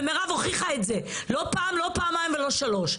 ומירב הוכיחה את זה, לא פעם, לא פעמיים ולא שלוש.